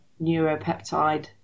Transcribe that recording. neuropeptide